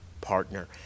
partner